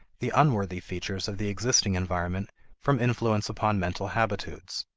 the unworthy features of the existing environment from influence upon mental habitudes.